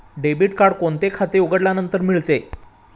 Debit card कोणते खाते उघडल्यानंतर मिळते?